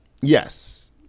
Yes